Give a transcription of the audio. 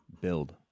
build